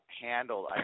handled